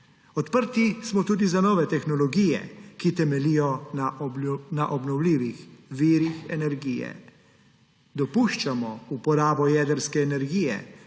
Odprti smo tudi za nove tehnologije, ki temeljijo na obnovljivih virih energije. Dopuščamo uporabo jedrske energije,